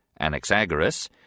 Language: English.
Anaxagoras